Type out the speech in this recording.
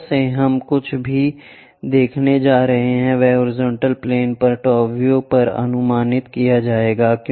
ऊपर से हम जो कुछ भी देखने जा रहे हैं वह हॉरिजॉन्टल प्लेन पर टॉप व्यू पर अनुमानित किया जाएगा